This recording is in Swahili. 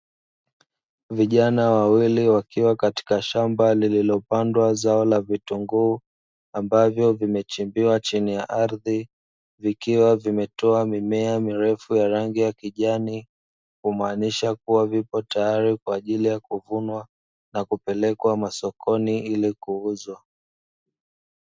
Vijana wawili wakiwa katika shamba lililopandwa zao la vitunguu, ambavyo vimechimbiwa chini ya ardhi, vikiwa vimetoa mimea mirefu ya rangi ya kijani, kumaanisha kuwa vipo tayari kwa ajili ya kuvunwa na kupelekwa masokoni ili kuuzwa.